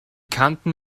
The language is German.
kanten